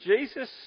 Jesus